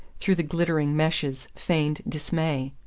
through the glittering meshes, feigned dismay.